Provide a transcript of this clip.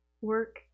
work